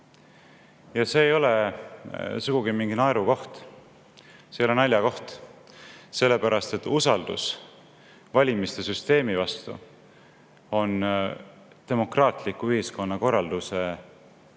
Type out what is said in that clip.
Ja see ei ole sugugi mingi naerukoht. See ei ole naljakoht! Sellepärast, et usaldus valimiste süsteemi vastu on demokraatliku ühiskonnakorralduseconditio